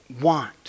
want